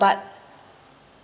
but